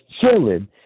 chilling